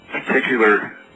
particular